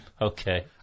Okay